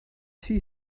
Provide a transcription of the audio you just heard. see